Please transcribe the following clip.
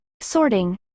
Sorting